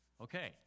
Okay